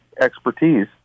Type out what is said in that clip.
expertise